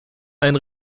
einen